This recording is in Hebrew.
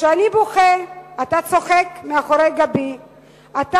כשאני בוכה / אתה צוחק מאחורי גבי / אתה